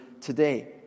today